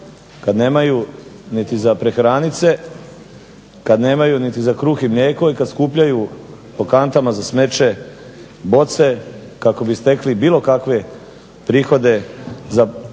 Kad nemaju niti za prehraniti se, kad nemaju niti za kruh i mlijeko i kad skupljaju po kantama za smeće boce kako bi stekli bilo kakve prihode za preživjeti